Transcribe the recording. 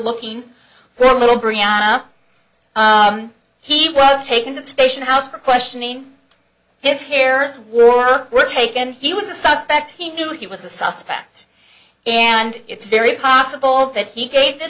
looking for little brianna he was taken to the station house for questioning his hairs were were taken he was a suspect he knew he was a suspect and it's very possible that he gave th